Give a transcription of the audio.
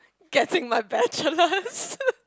getting my bachelors